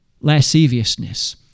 lasciviousness